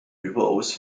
überaus